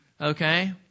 Okay